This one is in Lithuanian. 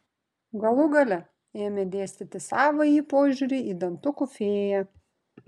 galų gale ėmė dėstyti savąjį požiūrį į dantukų fėją